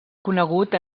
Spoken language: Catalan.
conegut